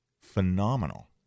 phenomenal